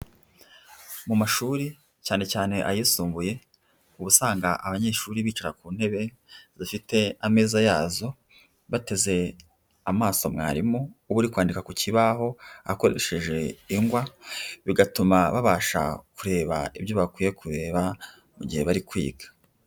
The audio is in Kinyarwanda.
Mu mashuri cyane cyane ayisumbuye uba usanga abanyeshuri bicara ku ntebe zifite ameza yazo bateze amaso mwarimu uba uri kwandika ku kibaho akoresheje ingwa. Bigatuma babasha kureba ibyo bakwiye kureba mu gihe bari kwiga.